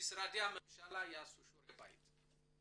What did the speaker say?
משרדי הממשלה יעשו שיעורי בית.